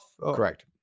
Correct